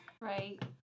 Right